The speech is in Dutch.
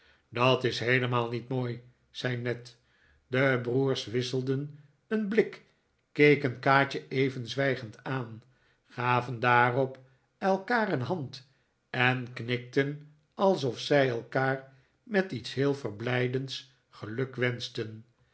dat is heelemaal niet mooi zei ned de broers wisselden een blik keken kaatje even zwijgend aan gaven daarop elkaar een hand en knikten alsof zij elkaar met iets heel verblijdends gelukwenschten